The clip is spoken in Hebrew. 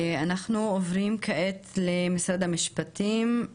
אנחנו עוברים כעת למשרד המשפטים,